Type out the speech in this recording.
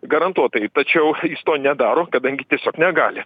garantuotai tačiau jis to nedaro kadangi tiesiog negali